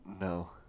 No